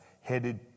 headed